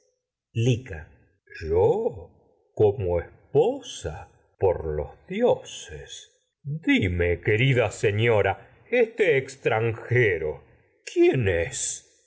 rida yo es sa por los dioses dime señora este extranjero quién es